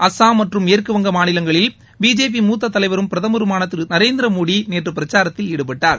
அசாம் மற்றும் மேற்கு வங்க மாநிலங்களில் பிஜேபி மூத்த தலைவரும் பிரதமருமான திரு நரேந்திர மோடி நேற்று பிரச்சாரத்தில் ஈடுபட்டார்